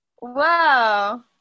Wow